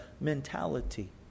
mentality